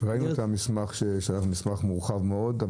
ראינו את המסמך ששלחתם, מסמך מורחב מאוד.